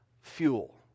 fuel